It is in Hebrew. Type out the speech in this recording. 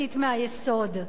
הממשלתית מהיסוד,